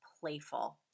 playful